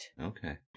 Okay